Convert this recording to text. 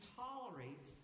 tolerate